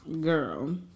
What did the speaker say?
girl